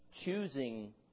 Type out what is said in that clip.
choosing